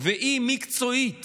והיא מקצועית